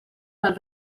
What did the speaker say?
del